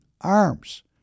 arms